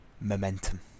momentum